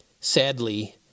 sadly